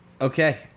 Okay